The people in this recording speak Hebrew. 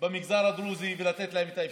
במגזר הדרוזי ולתת להם את האפשרות.